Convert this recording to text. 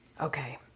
Okay